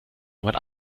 jemand